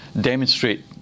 demonstrate